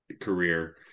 career